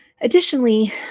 Additionally